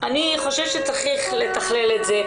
אני חוששת לתכלל את זה,